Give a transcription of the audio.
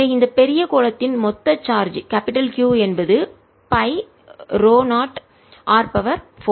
எனவே இந்த பெரிய கோளத்தின் மொத்த சார்ஜ் Q என்பது பை ρ0 r 4 ஆகும்